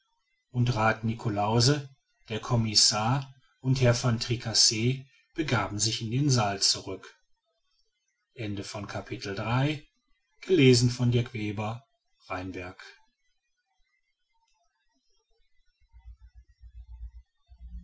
und rath niklausse der commissar und herr van tricasse begaben sich in den saal zurück